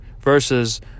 versus